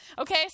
Okay